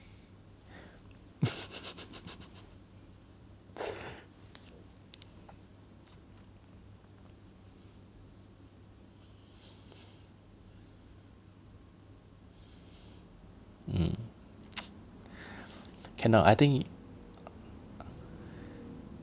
mm cannot I think